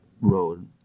road